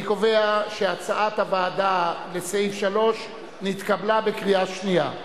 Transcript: אני קובע שסעיף 3 כהצעת הוועדה נתקבל בקריאה שנייה.